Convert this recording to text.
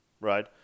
right